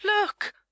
look